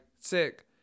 sick